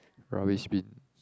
rubbish bin